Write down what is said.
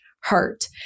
hurt